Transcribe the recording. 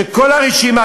כמעט כל החברים ברשימה,